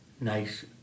nice